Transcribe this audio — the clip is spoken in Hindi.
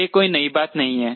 यह कोई नई बात नहीं है